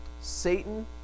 Satan